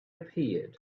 appeared